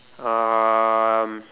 um